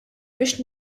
biex